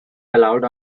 allowed